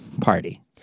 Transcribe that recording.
party